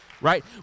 Right